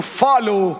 follow